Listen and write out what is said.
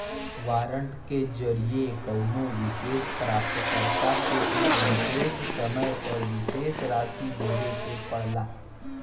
warrant के जरिये कउनो विशेष प्राप्तकर्ता के एक विशेष समय पर विशेष राशि देवे के पड़ला